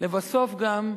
לבסוף גם,